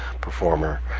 performer